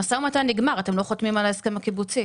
המשא ומתן נגמר, אתם לא חותמים על ההסכם הקיבוצי.